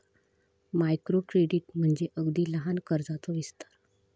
micro credit म्हणजे अगदी लहान कर्जाचो विस्तार